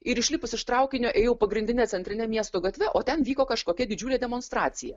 ir išlipus iš traukinio ėjau pagrindine centrine miesto gatve o ten vyko kažkokia didžiulė demonstracija